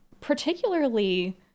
particularly